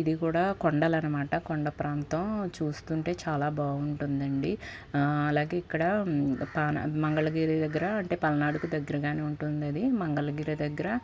ఇది కూడా కొండలనమాట కొండ ప్రాంతం చూస్తుంటే చాలా బాగుంటుంది అండి అలాగే ఇక్కడ మంగళగిరి దగ్గర అంటే పల్నాడుకు దగ్గరగానే ఉంటుంది అది మంగళగిరి దగ్గర